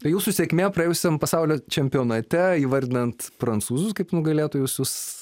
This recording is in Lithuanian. tai jūsų sėkmė praėjusiame pasaulio čempionate įvardinant prancūzus kaip nugalėtojus